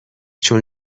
چون